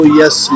yes